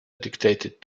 dictated